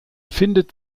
findet